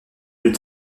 plus